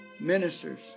ministers